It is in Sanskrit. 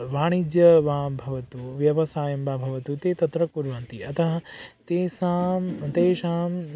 वाणिज्यं वा भवतु व्यवसायं वा भवतु ते तत्र कुर्वन्ति अतः तेषां तेषाम्